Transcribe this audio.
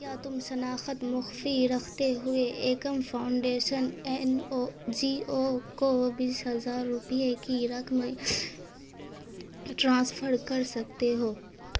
کیا تم شناخت مخفی رکھتے ہوئے Ekam foundation N O G O کو بیس ہزار روپیے کی رقم ٹرانسفر کر سکتے ہو